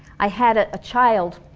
i had a ah child